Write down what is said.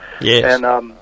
Yes